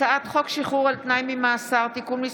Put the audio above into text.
הצעת חוק שחרור על תנאי ממאסר (תיקון מס'